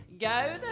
Go